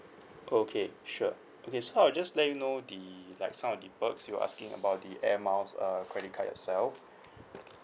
okay sure okay so I'll just let you know the like some of the perks you're asking about the air miles uh credit card yourself